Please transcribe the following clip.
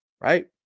right